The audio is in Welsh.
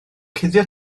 cuddio